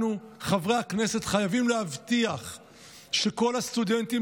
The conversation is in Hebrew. אנחנו חברי הכנסת חייבים להבטיח שכל הסטודנטים